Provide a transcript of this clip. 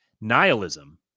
Nihilism